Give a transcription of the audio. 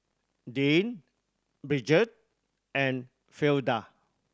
Dean Bridgette and Fleda